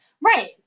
right